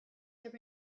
give